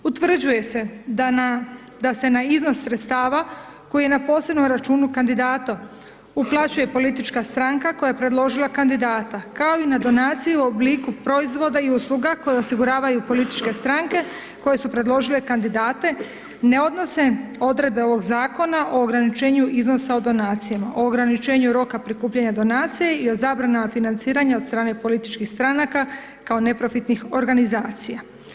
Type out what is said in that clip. Utvrđuje se da na, da se na iznos sredstava koji je na posebnom računu kandidata uplaćuje politička stranka koja je predložila kandidata kao i na donaciju u obliku proizvoda i usluga koje osiguravaju političke stranke koje su predložile kandidate ne odnose odredbe ovog zakona o ograničenju iznosa od donacijama, o ograničenju roka prikupljanja donacija i o zabranama financiranja od strane političkih stranaka kao neprofitnih organizacija.